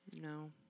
No